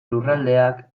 lurraldeak